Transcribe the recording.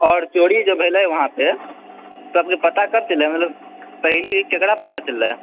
और चोरी जे भेलै वहाँपे सबकेँ पता कब चललै पहिले ई केकरा पता चललै